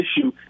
issue